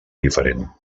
diferent